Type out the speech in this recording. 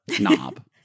knob